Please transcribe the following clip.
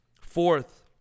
Fourth